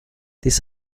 this